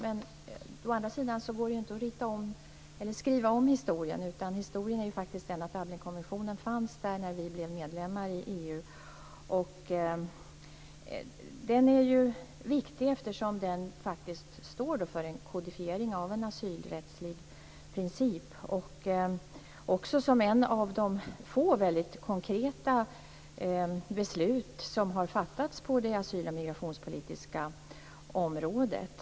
Men å andra sidan går det ju inte att skriva om historien. Historien är ju faktiskt den att Dublinkonventionen fanns där när vi blev medlemmar i EU. Den är viktig eftersom den står för en kodifiering av en asylrättslig princip. Den är också ett av de få väldigt konkreta beslut som har fattats på det asyl och migrationspolitiska området.